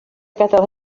gadal